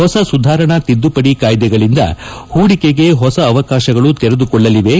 ಹೊಸ ಸುಧಾರಣಾ ತಿದ್ದುಪಡಿ ಕಾಯ್ದೆಗಳಿಂದ ಹೂಡಿಕೆಗೆ ಹೊಸ ಅವಕಾಶಗಳು ತೆರೆದುಕೊಳ್ಳಲಿವೆ